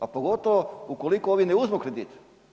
A pogotovo ukoliko ovi ne uzmu kredit.